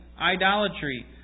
idolatry